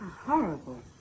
Horrible